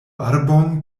arbon